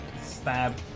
stab